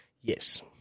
Yes